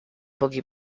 pochi